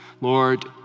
Lord